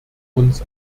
uns